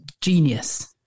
genius